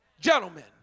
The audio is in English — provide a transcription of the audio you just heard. gentlemen